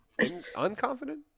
unconfident